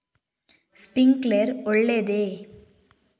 Sprinkler ಒಳ್ಳೇದೇ?